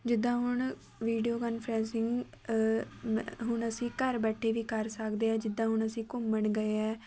ਜਿੱਦਾਂ ਹੁਣ video conferencing ਮ ਹੁਣ ਅਸੀਂ ਘਰ ਬੈਠੇ ਵੀ ਕਰ ਸਕਦੇ ਹਾਂ ਜਿੱਦਾਂ ਹੁਣ ਅਸੀਂ ਘੁੰਮਣ ਗਏ ਹੈ